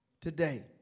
today